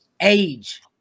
Age